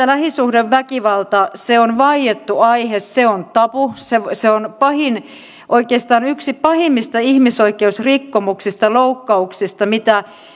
lähisuhdeväkivalta on vaiettu aihe se on tabu se se on oikeastaan yksi pahimmista ihmisoikeusrikkomuksista loukkauksista mitä